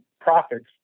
profits